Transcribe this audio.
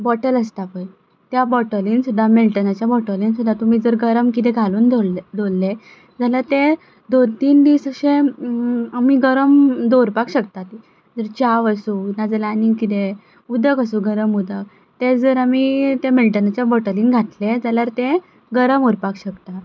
bottle आसता पळय त्या बोटलीन सुद्दां मिल्टनाच्या बोटलीन सुद्दां तुमी जर गरम किदें घालून दवरलें दवरलें जाल्यार तें दोन तीन दीस अशें आमी गरम दवरुपाक शकतात च्याव आसूं नाजाल्या आनी किदेंय उदक आसूं गरम उदक तें जर आमी त्या मिल्टनाच्या बोटलीन घातलें जाल्यार तें गरम उरपाक शकता